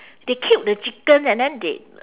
they killed the chicken and then they